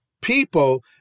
people